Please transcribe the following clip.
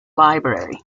library